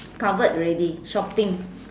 covered already shopping